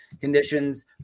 conditions